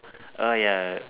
uh ya